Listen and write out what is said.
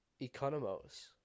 Economos